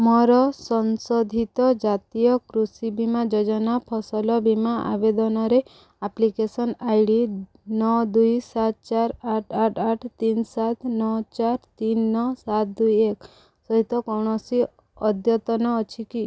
ମୋର ସଂଶୋଧିତ ଜାତୀୟ କୃଷି ବୀମା ଯୋଜନା ଫସଲ ବୀମା ଆବେଦନରେ ଆପ୍ଲିକେସନ୍ ଆଇ ଡ଼ି ନଅ ଦୁଇ ସାତ ଚାରି ଆଠ ଆଠ ଆଠ ତିନ ସାତ ନଅ ଚାରି ତିନ ନଅ ସାତ ଦୁଇ ଏକ ସହିତ କୌଣସି ଅଦ୍ୟତନ ଅଛି କି